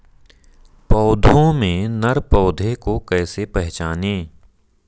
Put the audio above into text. पौधों में नर पौधे को कैसे पहचानें?